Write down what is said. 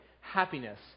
happiness